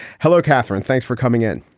hello, catherine. thanks for coming in.